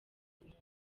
guhunga